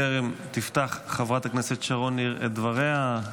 בטרם תפתח חברת הכנסת שרון ניר את דבריה,